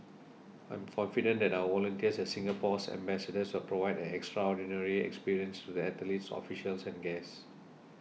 I'm confident that our volunteers as Singapore's ambassadors will provide an extraordinary experience to the athletes officials and guests